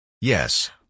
Yes